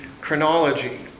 chronology